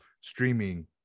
streaming